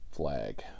flag